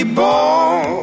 born